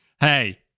hey